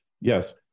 yes